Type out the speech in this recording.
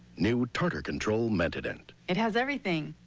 new tartar controlentadent. it has everything.